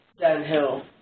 downhill